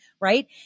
Right